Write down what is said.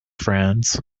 friends